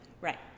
right